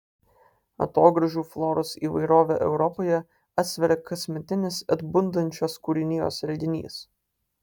atogrąžų floros įvairovę europoje atsveria kasmetinis atbundančios kūrinijos reginys